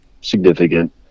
significant